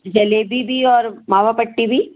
जलेबी भी और मावा पट्टी भी